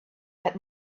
had